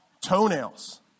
toenails